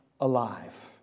alive